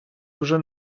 вже